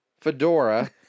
fedora